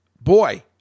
Boy